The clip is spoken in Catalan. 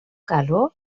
galó